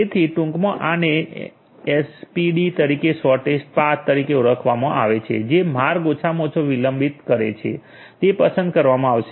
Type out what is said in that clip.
તેથી ટૂંકમાં આને એસપીડી તરીકે શોર્ટેસ્ટ પાથ તરીકે ઓળખવામાં આવે છે જે માર્ગ ઓછામાં ઓછો વિલંબ કરે છે તે પસંદ કરવામાં આવશે